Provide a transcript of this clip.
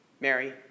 Mary